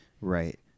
Right